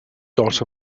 dot